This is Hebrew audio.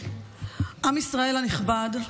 עם ישראל הנכבד,